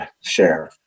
share